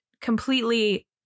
completely